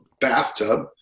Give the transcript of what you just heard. bathtub